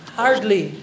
hardly